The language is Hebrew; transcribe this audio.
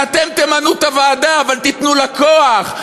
שאתם תמנו את הוועדה אבל תיתנו לה כוח.